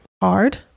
hard